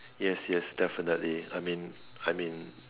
yes yes definitely I mean I mean